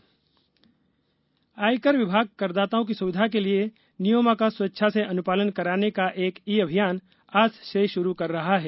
प्रत्यक्ष कर अभियान आयकर विभाग करदाताओं की सुविधा के लिए नियमों का स्वेच्छा से अनुपालन कराने का एक ई अभियान आज से शुरू कर रहा है